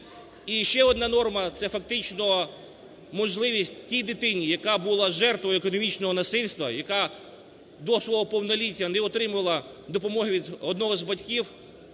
І ще одна норма, це фактично можливість тій дитині, яка була жертвою академічного насильства, яка до свого повноліття не отримувала допомоги від одного з батьків,